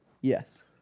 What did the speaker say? Yes